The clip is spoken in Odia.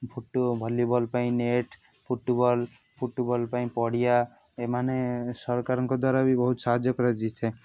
ଫୁଟୁ ଭଲିବଲ୍ ପାଇଁ ନେଟ୍ ଫୁଟବଲ୍ ଫୁଟବଲ୍ ପାଇଁ ପଡ଼ିଆ ଏମାନେ ସରକାରଙ୍କ ଦ୍ୱାରା ବି ବହୁତ ସାହାଯ୍ୟ କରାଯାଇ ଥାଏ